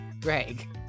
Greg